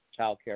childcare